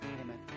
amen